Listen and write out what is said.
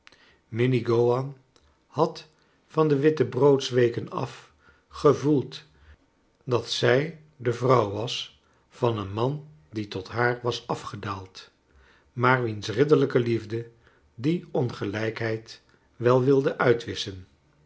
gowan had van de wittebroodsweken af gevoeld dat zij de vrouw was van een man die tot haar was afgedaald maar wiens ridderlijke liefde die ongelijkheid wel wilde uitwisschen